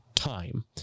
Time